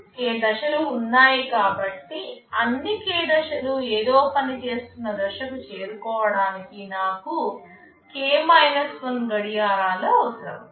k దశలు ఉన్నాయి కాబట్టి అన్ని k దశలు ఏదో పని చేస్తున్న దశకు చేరుకోవడానికి నాకు k 1 గడియారాలు అవసరం